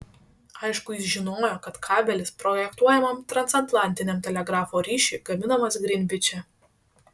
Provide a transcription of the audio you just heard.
aišku jis žinojo kad kabelis projektuojamam transatlantiniam telegrafo ryšiui gaminamas grinviče